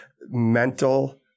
mental